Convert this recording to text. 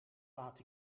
laat